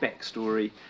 backstory